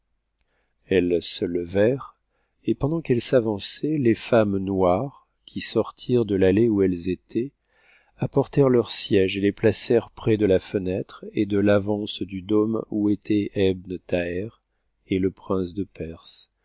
elles se levèrent et pendant qu'elles s'avançaient les femmes noires qui sortirent de l'allée où elles étaient apportèrent leurs siéges et les placèrent près de la fenêtre et de l'avance du dôme où étaient ebn thaher et le prince de perse